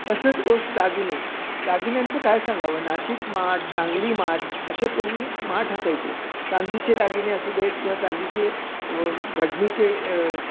तसंच गोष्ट दागिने दागिन्यांचं काय सांगावं नाशिक माठ सांगली माठ असे पूर्वी माठ असायचे चांदीचे दागिने असू देत किंवा चांदीचे घडणीचे